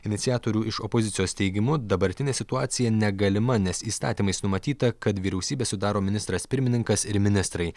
iniciatorių iš opozicijos teigimu dabartinė situacija negalima nes įstatymais numatyta kad vyriausybę sudaro ministras pirmininkas ir ministrai